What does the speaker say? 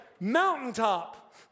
mountaintop